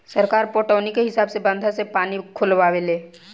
सरकार पटौनी के हिसाब से बंधा से पानी खोलावे ले